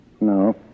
No